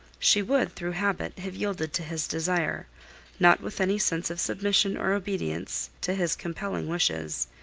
she would, through habit, have yielded to his desire not with any sense of submission or obedience to his compelling wishes,